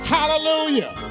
Hallelujah